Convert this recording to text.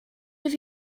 have